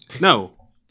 No